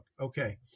Okay